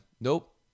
Nope